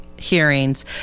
hearings